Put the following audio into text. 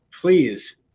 Please